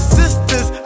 sisters